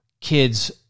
kids